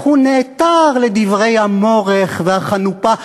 איך הוא נעתר לדברי המורך והחנופה,